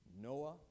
Noah